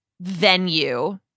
venue